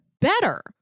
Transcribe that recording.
better